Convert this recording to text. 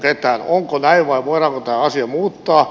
onko näin vai voidaanko tämä asia muuttaa